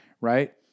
right